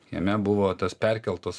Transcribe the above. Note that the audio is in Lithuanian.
jame buvo tas perkeltos